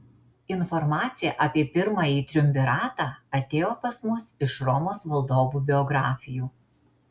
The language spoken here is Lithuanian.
informacija apie pirmąjį triumviratą atėjo pas mus iš romos valdovų biografijų